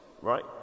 right